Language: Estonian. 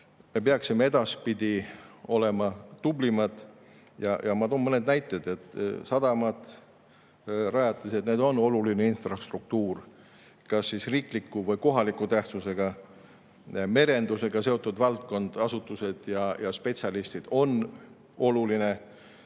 Me peaksime edaspidi olema tublimad. Ja ma toon mõned näited. Sadamad, rajatised, need on oluline infrastruktuur, kas riikliku või kohaliku tähtsusega, merendusega seotud valdkond, asutused ja spetsialistid on oluline